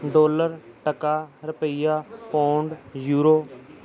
dollar taka ਰੁਪਈਆ pound euro